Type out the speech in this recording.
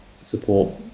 support